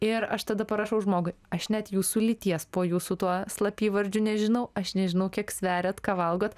ir aš tada parašau žmogui aš net jūsų lyties po jūsų tuo slapyvardžiu nežinau aš nežinau kiek sveriat ką valgot